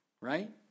Right